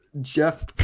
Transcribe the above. Jeff